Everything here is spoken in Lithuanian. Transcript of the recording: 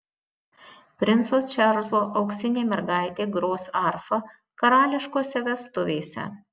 princo čarlzo auksinė mergaitė gros arfa karališkose vestuvėse